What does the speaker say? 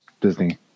Disney